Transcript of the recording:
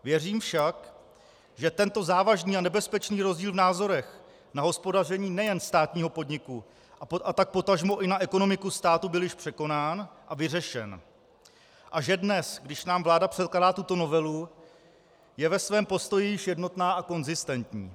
Věřím však, že tento závažný a nebezpečný rozdíl v názorech na hospodaření nejen státního podniku, a tak potažmo i na ekonomiku státu byl již překonán a vyřešen a že dnes, když nám vláda předkládá tuto novelu, je ve svém postoji již jednotná a konzistentní.